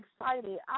excited